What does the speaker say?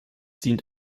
dient